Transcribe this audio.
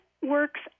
works